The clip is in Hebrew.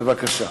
בבקשה.